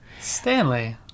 Stanley